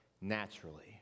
naturally